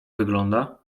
wygląda